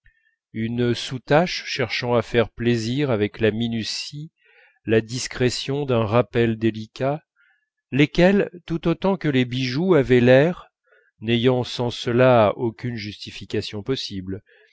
une soutache cherchant à faire plaisir avec la minutie la discrétion d'un rappel délicat lesquels tout autant que les bijoux avaient l'air n'ayant sans cela aucune justification possible